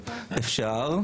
אפשר,